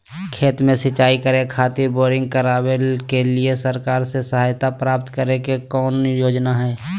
खेत में सिंचाई करे खातिर बोरिंग करावे के लिए सरकार से सहायता प्राप्त करें के कौन योजना हय?